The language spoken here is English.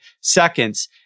seconds